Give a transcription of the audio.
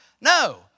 No